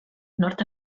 nord